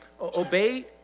obey